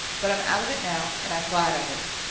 but i'm out of it now, and i'm glad of it.